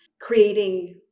creating